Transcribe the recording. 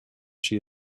she